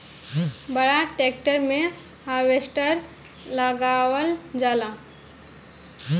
बड़ ट्रेक्टर मे हार्वेस्टर लगावल जाला